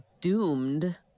doomed